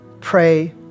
pray